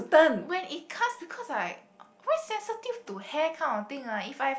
when it comes because I why sensitive to hair kind of thing lah if I have